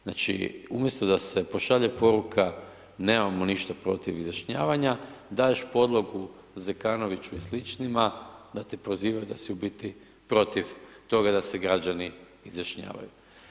Znači umjesto da se pošalje poruka nemamo ništa protiv izjašnjavanja daješ podlogu Zekanoviću i sličnima da te prozivaju da si u biti protiv toga da se građani izjašnjavaju.